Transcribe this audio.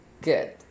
Good